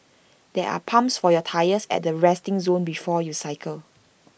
there are pumps for your tyres at the resting zone before you cycle